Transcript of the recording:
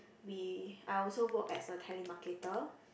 we I also work as a telemarketer